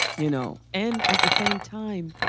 you know. and at the same time,